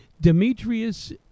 Demetrius